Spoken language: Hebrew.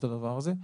הדבר הזה.